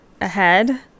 ahead